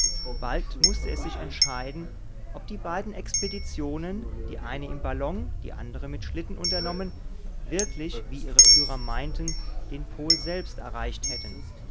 bald mußte es sich entscheiden ob die beiden expeditionen die eine im ballon die andere mit schlitten unternommen wirklich wie ihre führer meinten den pol selbst erreicht hätten